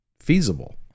feasible